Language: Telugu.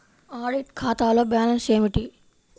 ఆడిట్ ఖాతాలో బ్యాలన్స్ ఏమిటీ?